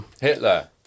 Hitler